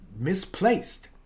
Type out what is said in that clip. misplaced